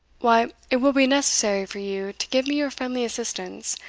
why, it will be necessary for you to give me your friendly assistance,